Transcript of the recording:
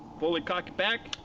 pull the cock back,